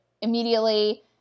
immediately